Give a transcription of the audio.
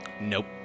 Nope